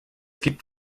gibt